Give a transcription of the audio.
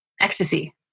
ecstasy